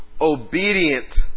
obedient